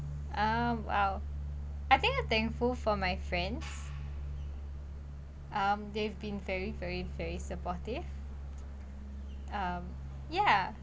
uh !wow! I think I thankful for my friends um they've been very very very supportive um yeah